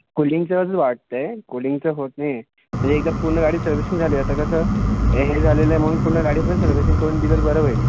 कुलींगचंच वाटतं आहे कुलींगचं होत नाही आहे म्हणजे एकदा पूर्ण गाडी सर्विसिंग झाली आता कसं हे झालेलं आहे म्हणून पूर्ण गाडी पण सर्विसिंग करून दिलं तर बरं होईल